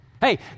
Hey